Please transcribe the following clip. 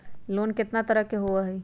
Loan केतना तरह के होअ हई?